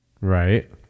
Right